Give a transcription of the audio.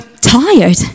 tired